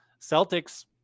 Celtics